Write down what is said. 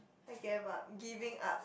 I gave up giving up